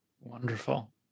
Wonderful